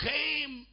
Came